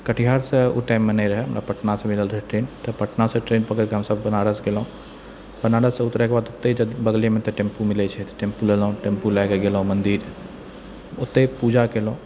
कटिहारसँ ओहि टाइममे नहि रहै पटनासँ मिलल रहै ट्रेन तऽ पटनासँ ट्रेन पकड़िकऽ हमसब बनारस गेलहुँ बनारससँ उतरैके बाद ओतऽ बगलेमे टेम्पू मिलै छै टेम्पू लेलहुँ टेम्पू लऽ कऽ गेलहुँ मन्दिर ओतऽ पूजा केलहुँ